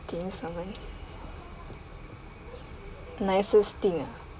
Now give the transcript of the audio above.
thing someone nicest thing ah